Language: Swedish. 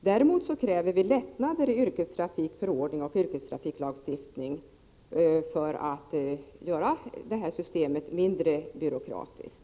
Däremot kräver vi lättnader i yrkestrafikförordning och yrkestrafiklagstiftning för att göra systemet mindre byråkratiskt.